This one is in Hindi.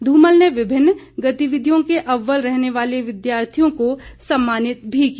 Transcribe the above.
धूमल ने विभिन्न गतिविधियों के अव्वल रहने वाले विद्यार्थियों को सम्मानित भी किया